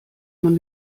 man